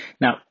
Now